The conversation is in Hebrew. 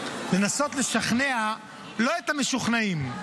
לנסות לשכנע לא את המשוכנעים.